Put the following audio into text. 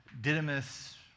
Didymus